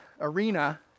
arena